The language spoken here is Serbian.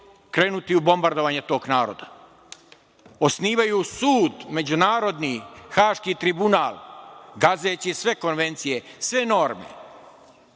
krenuti u bombardovanje tog naroda. Osnivaju međunarodni sud Haški tribunal, gazeći sve konvencije, sve norme.